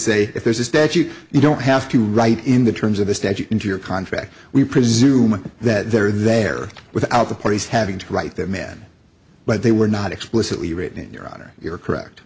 say if there's a statute you don't have to write in the terms of the statute in your contract we presume that they're there without the parties having to write that man but they were not explicitly written in your honor you're correct